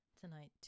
tonight